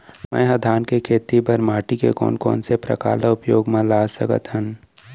मै ह धान के खेती बर माटी के कोन कोन से प्रकार ला उपयोग मा ला सकत हव?